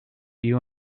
you